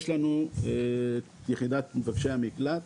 יש לנו את יחידת מבקשי המקלט